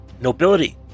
Nobility